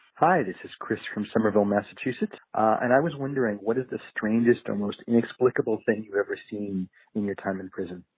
hi, this is chris from somerville, massachusetts, and i was wondering, what is the strangest or most inexplicable thing you've ever seen in your time in prison?